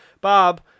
Bob